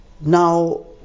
Now